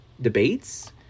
debates